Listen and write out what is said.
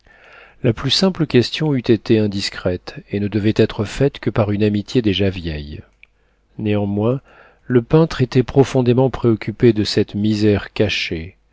la plus simple question eût été indiscrète et ne devait être faite que par une amitié déjà vieille néanmoins le peintre était profondément préoccupé de cette misère cachée